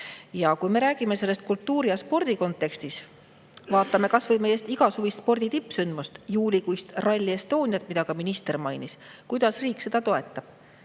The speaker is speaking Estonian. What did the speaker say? majandus. Räägime sellest kultuuri ja spordi kontekstis. Vaatame kas või meie igasuvist spordi tippsündmust, juulikuist Rally Estoniat, mida ka minister mainis. Kuidas riik seda toetab?